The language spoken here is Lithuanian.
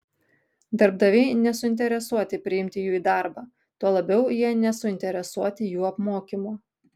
darbdaviai nesuinteresuoti priimti jų į darbą tuo labiau jie nesuinteresuoti jų apmokymu